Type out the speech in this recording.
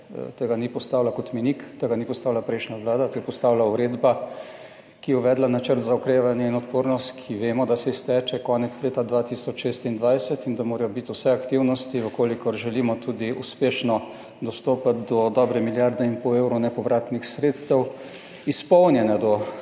Tega ni postavila kot mejnik, tega ni postavila prejšnja vlada. To je postavila uredba, ki je uvedla načrt za okrevanje in odpornost, ki vemo, da se izteče konec leta 2026 in da morajo biti vse aktivnosti, v kolikor želimo tudi uspešno dostopati do dobre milijarde in pol evrov nepovratnih sredstev izpolnjene do